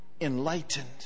enlightened